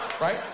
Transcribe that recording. Right